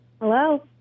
Hello